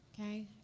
okay